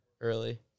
early